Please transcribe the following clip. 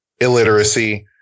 illiteracy